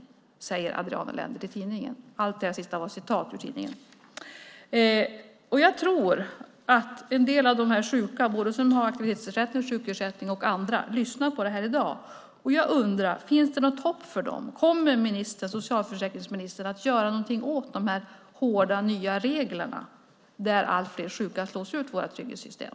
Så säger Adriana Lender till tidningen. Jag tror att en del av de sjuka, både de som har aktivitetsersättning och sjukersättning och andra, lyssnar på detta i dag. Finns det något hopp för dem? Kommer socialförsäkringsministern att göra något åt de här hårda nya reglerna där allt fler sjuka slås ut ur våra trygghetssystem?